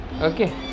okay